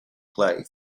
play